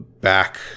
back